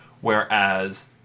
whereas